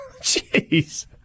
Jeez